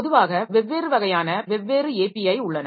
பொதுவாக வெவ்வேறு வகையான வெவ்வேறு API உள்ளன